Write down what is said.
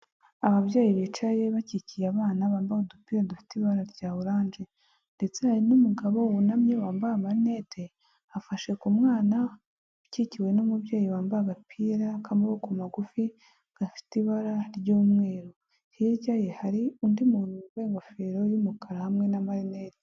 Ababyeyi bicaye bakikiye abana, bambaye udupira dufite ibara rya oranje ndetse n'umugabo wunamye wambaye amarinete, afashe ku mwana ukikiwe n'umubyeyi wambaye agapira k'amaboko magufi, gafite ibara ry'umweru. Hirya ye hari undi muntu wambaye ingofero y'umukara hamwe n'amarinete.